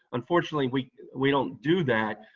unfortunately we we don't do that.